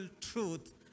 truth